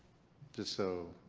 just so.